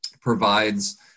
provides